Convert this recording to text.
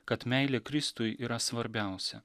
kad meilė kristui yra svarbiausia